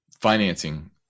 financing